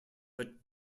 but